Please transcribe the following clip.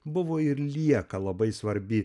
buvo ir lieka labai svarbi